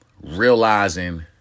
realizing